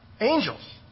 angels